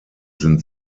sind